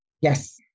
Yes